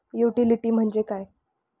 Utility म्हणजे काय?